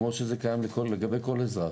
כמו שזה קיים לגבי כל אזרח.